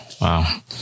Wow